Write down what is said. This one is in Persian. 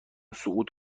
صعود